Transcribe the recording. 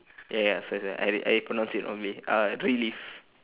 ya ya sorry sorry I I pronounced it wrongly uh relive